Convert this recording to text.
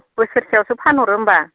बोसोरसेआवसो फानहरो होनबा